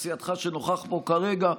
אתה בכיר חברי הכנסת של סיעתך שנוכח פה כרגע.